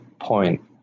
point